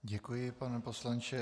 Děkuji, pane poslanče.